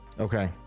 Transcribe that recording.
okay